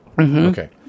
Okay